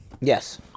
Yes